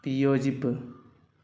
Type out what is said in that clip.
വിയോജിപ്പ്